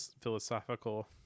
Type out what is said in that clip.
philosophical